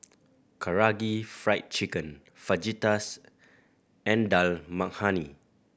Karaage Fried Chicken Fajitas and Dal Makhani